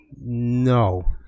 No